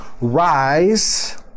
rise